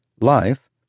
life